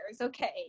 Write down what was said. okay